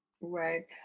right